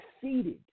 succeeded